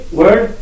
word